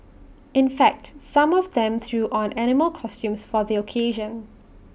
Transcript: in fact some of them threw on animal costumes for the occasion